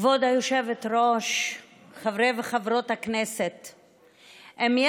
וכִתתו חרבותם לאִתים וחניתותיהם למזמרות לא